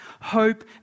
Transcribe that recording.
hope